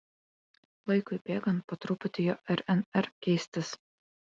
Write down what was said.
laikui bėgant po truputį jo rnr keistis